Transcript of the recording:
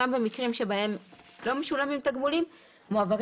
גם במקרים שבהם לא משולמים תגמולים מועברים